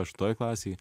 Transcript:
aštuntoj klasėj